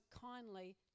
kindly